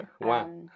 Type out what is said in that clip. Wow